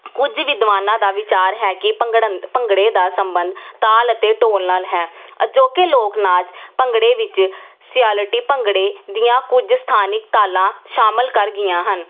ਕੁਝ ਵਿਦਵਾਨਾਂ ਦਾ ਵਿਚਾਰ ਹੈ ਕਿ ਭੰਗੜ ਭੰਗੜੇ ਦਾ ਸੰਬੰਧ ਤਾਲ ਅਤੇ ਢੋਲ ਨਾਲ ਹੈ ਅਜੋਕੇ ਲੋਕ ਨਾਚ ਭੰਗੜੇ ਵਿੱਚ ਸਿਆਲਟੀ ਭੰਗੜੇ ਦੀਆਂ ਕੁਝ ਸਥਾਨਕ ਤਾਲਾਂ ਸ਼ਾਮਲ ਕਰ ਗਈਆਂ ਹਨ